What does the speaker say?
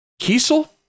Kiesel